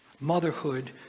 Motherhood